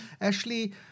Ashley